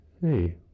hey